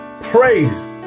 praised